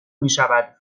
میشود